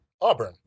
Auburn